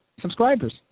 subscribers